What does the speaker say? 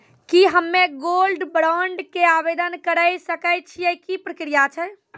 की हम्मय gold bond के आवदेन करे सकय छियै, की प्रक्रिया छै?